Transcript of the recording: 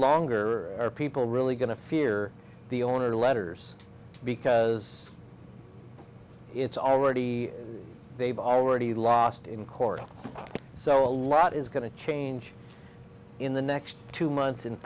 longer are people really going to fear the owner letters because it's already they've already lost in court so a lot is going to change in the next two months